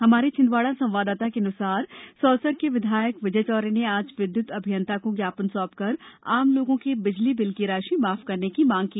हमारे छिंदवाड़ा संवाददाता के अनुसार सौसर के विधायक विजय चौरे ने आज विद्युत अभियंता को ज्ञापन सौंपकर आम लोगों के बिजली बिल की राशि माफ करने की मांग की